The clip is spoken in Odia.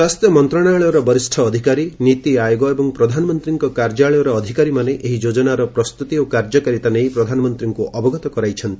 ସ୍ୱାସ୍ଥ୍ୟ ମନ୍ତ୍ରଣାଳୟର ବରିଷ୍ଠ ଅଧିକାରୀ ନୀତି ଆୟୋଗ ଏବଂ ପ୍ରଧାନମନ୍ତ୍ରୀଙ୍କ କାର୍ଯ୍ୟାଳୟର ଅଧିକାରୀମାନେ ଏହି ଯୋଜନାର ପ୍ରସ୍ତୁତି ଓ କାର୍ଯ୍ୟକାରିତା ନେଇ ପ୍ରଧାନମନ୍ତ୍ରୀଙ୍କୁ ଅବଗତ କରାଇଛନ୍ତି